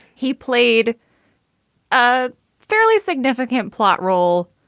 he played a fairly significant plot role,